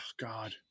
god